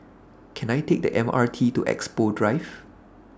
Can I Take The MRT to Expo Drive